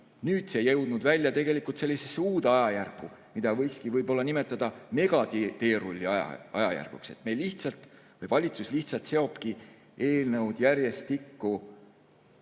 on see jõudnud välja tegelikult sellisesse uude ajajärku, mida võikski võib-olla nimetada megateerulli ajajärguks. Valitsus lihtsalt seobki eelnõud järjestikku